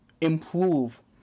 improve